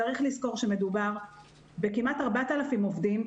צריך לזכור שמדובר בכמעט 4,000 עובדים,